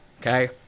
okay